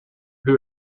who